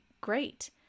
great